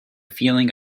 feeling